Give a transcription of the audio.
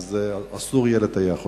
אסור יהיה לטייח אותם.